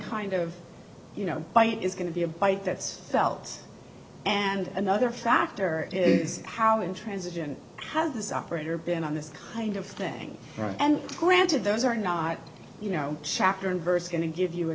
kind of you know fight is going to be a bite that's felt and another factor is how intransigent has this operator been on this kind of thing and granted those are not you know chapter and verse going to give you a